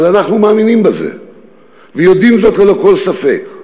אבל אנחנו מאמינים בזה ויודעים זאת ללא כל ספק,